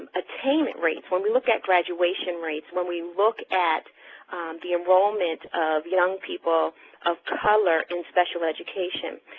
attainment rates, when we look at graduation rates, when we look at the enrollment of young people of color in special education,